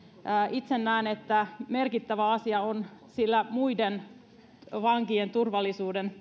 itse näen että merkittävä asia on myöskin muiden vankien turvallisuuden